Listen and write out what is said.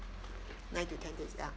nine to ten days ya